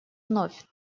вновь